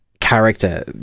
character